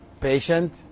patient